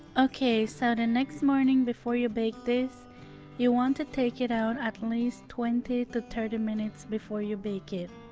okay, so the next morning before you bake this you want to take it out at least twenty to thirty minutes before you bake it